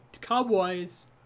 Cowboys